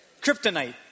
Kryptonite